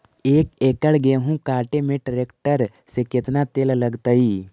एक एकड़ गेहूं काटे में टरेकटर से केतना तेल लगतइ?